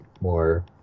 more